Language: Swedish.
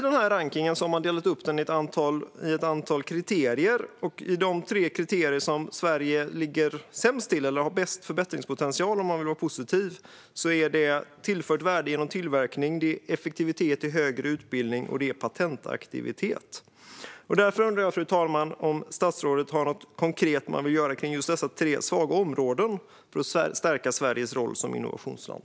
Denna rankning har delats upp i ett antal kriterier. De tre kriterier där Sverige ligger sämst till eller har bäst förbättringspotential, om man vill vara positiv, är tillfört värde genom tillverkning, effektivitet i högre utbildning och patentaktivitet. Fru talman! Därför undrar jag om statsrådet vill göra något konkret kring just dessa tre svaga områden för att stärka Sveriges roll som innovationsland.